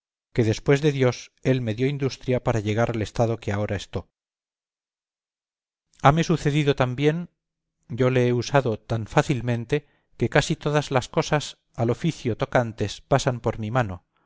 que después de dios él me dio industria para llegar al estado que ahora estó hame sucedido tan bien yo le he usado tan fácilmente que casi todas las cosas al oficio tocantes pasan por mi mano